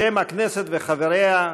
בשם הכנסת וחבריה,